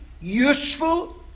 useful